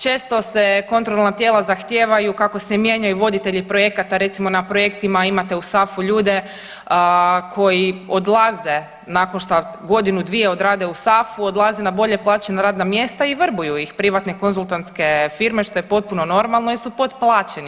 Često se kontrolna tijela zahtijevaju kako se mijenjaju voditelji projekata recimo na projektima imate u SAFU-u ljude koji odlaze nakon što godinu, dvije odrade u SAFU-u odlaze na bolje plaćene radna mjesta i vrbuju ih privatne konzultantske firme što je potpuno normalno jer su potplaćeni.